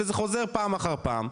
וזה חוזר פעם אחר פעם.